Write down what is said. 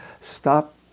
Stop